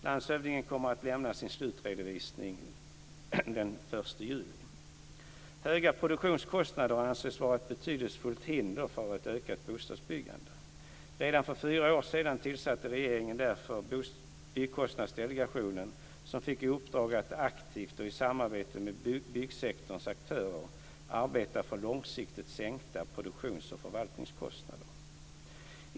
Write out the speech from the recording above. Landshövdingen kommer att lämna sin slutredovisning den 1 juli. Höga produktionskostnader anses vara ett betydande hinder för ökat bostadsbyggande. Redan för fyra år sedan tillsatte regeringen därför Byggkostnadsdelegationen som fick i uppdrag att aktivt och i samarbete med byggsektorns aktörer arbeta för långsiktigt sänkta produktions och förvaltningskostnader.